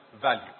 value